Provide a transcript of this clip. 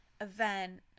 event